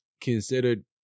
considered